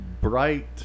bright